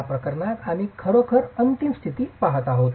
या प्रकरणात आम्ही खरोखर अंतिम स्थिती पहात आहोत